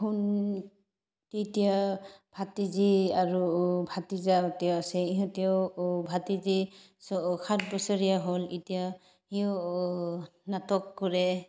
আছে ইহঁতেও ভতিজি সাত বছৰীয়া হ'ল এতিয়া সি নাটক কৰে